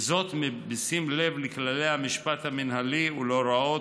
וזאת בשים לב לכללי המשפט המינהלי ולהוראות